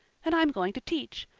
and i'm going to teach.